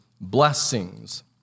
blessings